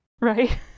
Right